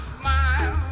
smile